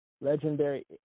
legendary